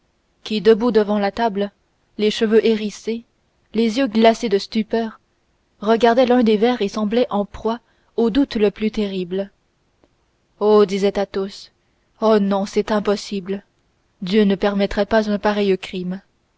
qui debout devant la table les cheveux hérissés les yeux glacés de stupeur regardait l'un des verres et semblait en proie au doute le plus horrible oh disait athos oh non c'est impossible dieu ne permettrait pas un pareil crime